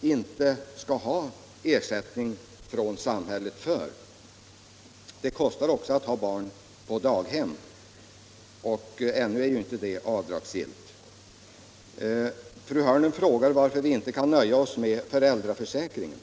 inte skall ha ersättning från samhället för. Det kostar också att ha barn på daghem och ännu är ju inte den kostnaden avdragsgill. Fru Hörnlund frågar varför vi inte kan nöja oss med föräldraförsäkring.